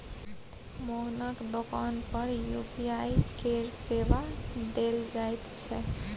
मोहनक दोकान पर यू.पी.आई केर सेवा देल जाइत छै